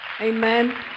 Amen